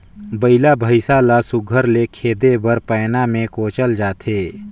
बइला भइसा ल सुग्घर ले खेदे बर पैना मे कोचल जाथे